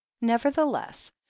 nevertheless